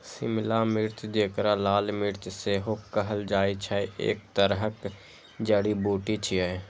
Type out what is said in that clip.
शिमला मिर्च, जेकरा लाल मिर्च सेहो कहल जाइ छै, एक तरहक जड़ी बूटी छियै